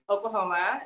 Oklahoma